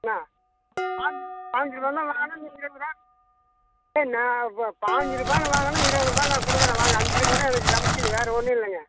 என்னா பாஞ்சு பாஞ்சு ரூபாய்ன்னு வாங்கினா நீ இருபது ரூபா ஏ நான் இப்போ பாஞ்சு ரூபாய்ன்னு வாங்கினா இருபது ரூபாய்ன்னு நான் குடுக்கிறேன் வாங்க அஞ்சு ரூபாய் தான் எனக்கு கமிஷன்னு வேற ஒன்றும் இல்லைங்க